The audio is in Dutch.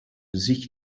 zich